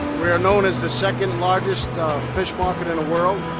we are known as the second largest fish market in the world.